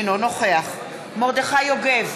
אינו נוכח מרדכי יוגב,